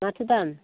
माथो दाम